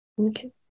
Okay